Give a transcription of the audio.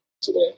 today